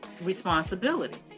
responsibility